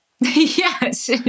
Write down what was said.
Yes